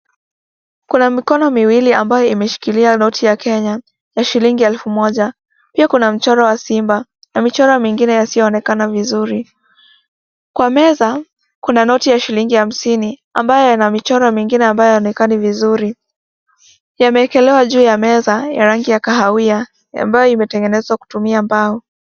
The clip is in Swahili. Kuna mikono miwili ambayo imeshikilia noti ya Kenya ya shilingi elfu moja. Pia kuna mchoro wa simba na michoro mingine isiyoonekana vizuri. Kwa meza kuna noti ya shilingi hamsini ambayo ina michoro mingine ambayo haionekani vizuri, yameekelewa juu ya meza ya rangi ya kahawia ambayo imetengenezwa kutumia mbao.